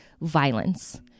violence